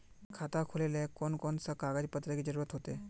खाता खोलेले कौन कौन सा कागज पत्र की जरूरत होते?